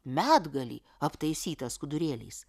medgalį aptaisytą skudurėliais